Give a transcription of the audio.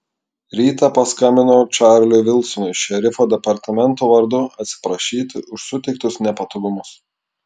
rytą paskambinau čarliui vilsonui šerifo departamento vardu atsiprašyti už suteiktus nepatogumus